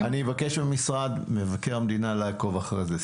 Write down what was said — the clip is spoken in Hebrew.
--- אני אבקש ממשרד מבקר המדינה לעקוב אחרי זה.